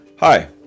Hi